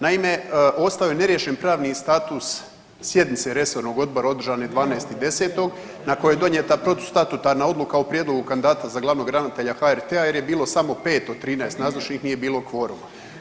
Naime, ostaju neriješen pravni status sjednice resornog odbora održane 12.10. na kojoj je donijeta protustatutarna odluka o prijedlogu kandidata za glavnog ravnatelja HRT-a jer je bilo samo 5 od 13 nazočnih, nije bilo kvoruma.